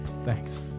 thanks